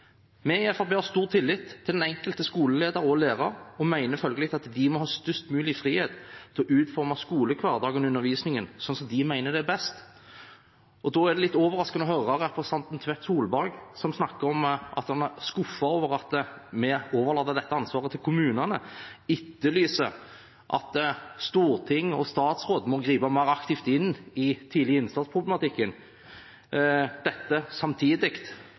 Vi i Fremskrittspartiet har stor tillit til den enkelte skoleleder og lærer og mener følgelig at de må ha størst mulig frihet til å utforme skolehverdagen og undervisningen sånn som de mener er best. Da er det litt overraskende å høre representanten Tvedt Solberg, som snakker om at han er skuffet over at vi overlater dette ansvaret til kommunene, og etterlyser at storting og statsråd må gripe mer aktivt inn i tidlig innsats-problematikken – dette samtidig